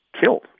killed